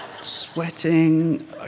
Sweating